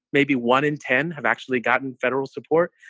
maybe one in ten have actually gotten federal support.